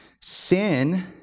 Sin